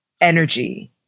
energy